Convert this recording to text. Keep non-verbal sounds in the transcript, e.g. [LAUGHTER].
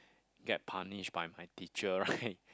get punished by my teacher right [BREATH]